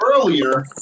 earlier